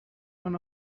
when